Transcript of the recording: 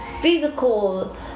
physical